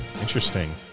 Interesting